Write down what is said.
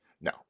No